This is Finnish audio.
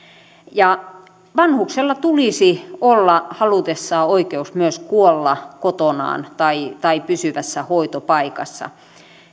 vanhuksella tulisi olla halutessaan oikeus myös kuolla kotonaan tai tai pysyvässä hoitopaikassa